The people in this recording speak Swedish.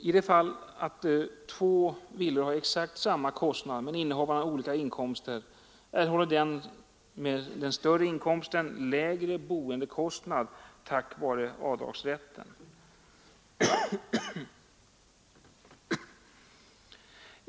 I de fall två villor har exakt samma kostnad men innehavarna olika inkomster, erhåller den med den större inkomsten lägre boendekostnad tack vare avdragsrätten.